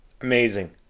Amazing